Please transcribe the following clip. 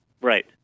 Right